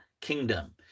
kingdom